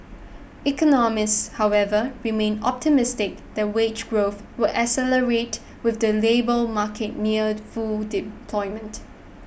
economists however remain optimistic that wage growth will accelerate with the labour market near full deployment